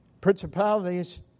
Principalities